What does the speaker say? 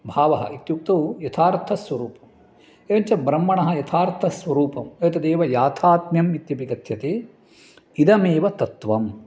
भावः इत्युक्तौ यथार्थस्वरूपम् एवञ्च ब्रह्मणः यथार्थस्वरूपम् एतदेव याथात्म्यम् इत्यपि कथ्यते इदमेव तत्त्वम्